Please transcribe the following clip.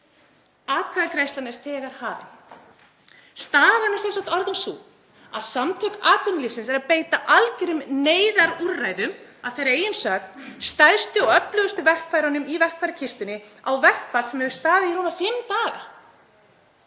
Atkvæðagreiðslan er þegar hafin. Staðan er sem sagt orðin sú að Samtök atvinnulífsins eru að beita algerum neyðarúrræðum, að þeirra eigin sögn stærstu og öflugustu verkfærunum í verkfærakistunni, á verkfall sem hefur staðið í rúma fimm daga,